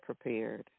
prepared